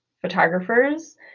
photographers